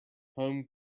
home